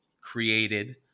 created